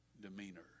demeanor